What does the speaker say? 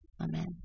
amen